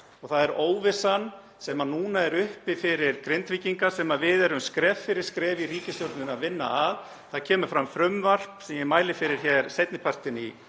og það er óvissan sem núna er uppi fyrir Grindvíkinga sem við erum skref fyrir skref í ríkisstjórninni að vinna að. Það kemur fram frumvarp sem ég mæli fyrir hér seinni partinn í